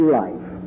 life